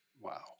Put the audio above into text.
Wow